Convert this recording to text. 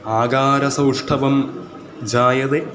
आकारसौष्ठवं जायते